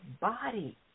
body